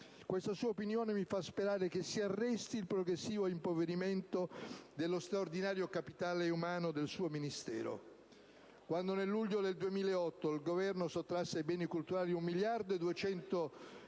La sua opinione mi fa sperare che si arresti il progressivo impoverimento dello straordinario capitale umano del suo Ministero. Quando nel luglio del 2008 il Governo sottrasse ai Beni culturali 1,2 miliardi di euro,